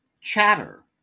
Chatter